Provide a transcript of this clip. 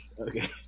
okay